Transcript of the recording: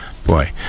Boy